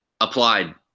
applied